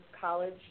college